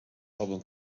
hadden